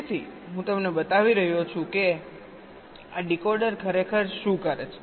તેથી હું તમને બતાવી રહ્યો છું કે આ ડીકોડર ખરેખર શું કરે છે